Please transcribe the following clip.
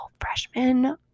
freshmen